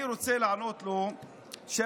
אני רוצה לענות לו שאני,